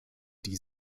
die